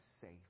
safe